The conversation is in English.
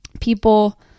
people